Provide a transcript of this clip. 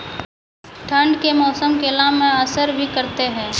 ठंड के मौसम केला मैं असर भी करते हैं?